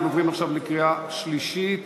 אנחנו עוברים עכשיו לקריאה שלישית